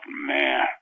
man